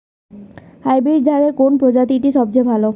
Hybrid ধানের কোন প্রজীতিটি সবথেকে ভালো?